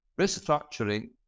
restructuring